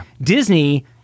Disney